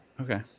Okay